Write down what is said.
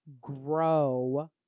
grow